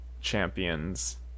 champions